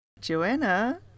Joanna